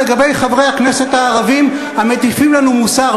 לגבי חברי הכנסת הערבים המטיפים לנו מוסר,